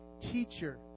teacher